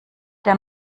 der